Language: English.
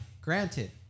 granted